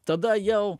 tada jau